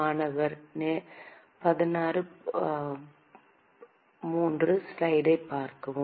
மாணவர் பார்க்க நேரம் 1603